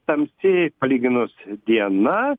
tamsi palyginus diena